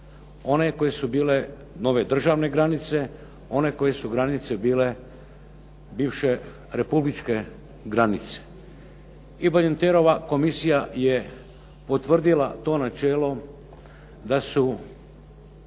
I Badinterova komisija je potvrdila to načelo da su